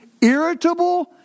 irritable